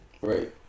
right